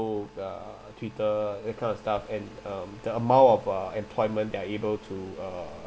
book uh twitter that kind of stuff and um the amount of uh employment they're able to uh